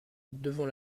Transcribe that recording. devant